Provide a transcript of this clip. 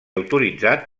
autoritzat